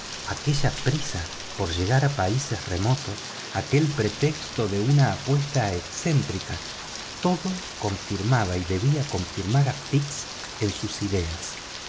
aquella prisa de llegar a países remotos aquel pretexto de una apuesta excéntrica todo confirmaba y debía confirmar a fix en sus ideas